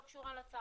לא קשורה לצו.